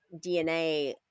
DNA